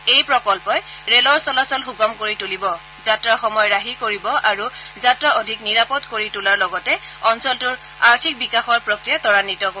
এই প্ৰকল্পই ৰেলৰ চলাচল সুগম কৰি তুলিব যাত্ৰাৰ সময় ৰাহি কৰিব আৰু যাত্ৰা অধিক নিৰাপদ কৰি তোলাৰ লগতে অঞ্চলটোৰ আৰ্থিক বিকাশৰ প্ৰক্ৰিয়া ত্বৰান্নিত কৰিব